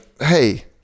hey